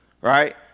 right